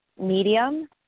medium